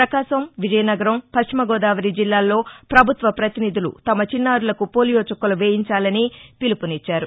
ప్రకాశం విజయనగరం పశ్చిమగోదావరి జిల్లాల్లో ప్రభుత్వ ప్రతినిధులు తమ చిన్నారులకు పోలియో చుక్కలు వేయించాలని పిలుపునిచ్చారు